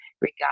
regard